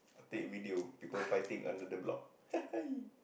I take video people fighting under the block